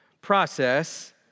process